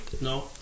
no